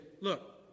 look